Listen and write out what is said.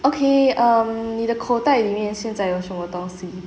okay um 你的口袋里面现在有什么东西